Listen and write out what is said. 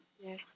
Yes